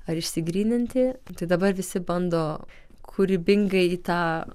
ar išsigryninti tai dabar visi bando kūrybingai į tą